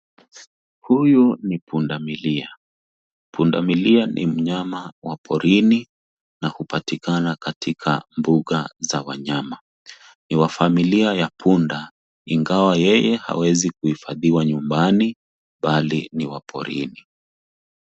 Huyu ni pundamilia, pundamilia ni mnyama wa porini na hupatikana katika mbuga za wanyama ni wa familia ya punda ingawa yeye hawezi kuhifadhiwa nyumbani bali ni wa porini.